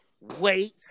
wait